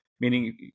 meaning